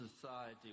society